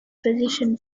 position